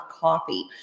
coffee